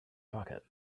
pocket